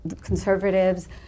conservatives